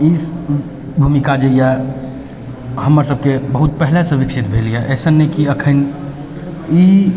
ई भूमिका जे अइ हमरसबके बहुत पहिलेसँ विकसित भेल अइ अइसन नहि की एखन ई